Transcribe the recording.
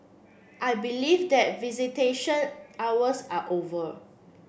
I believe that visitation hours are over